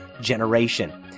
generation